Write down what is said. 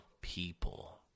people